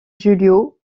julio